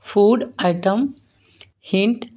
food item hint